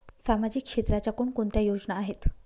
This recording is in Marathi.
सामाजिक क्षेत्राच्या कोणकोणत्या योजना आहेत?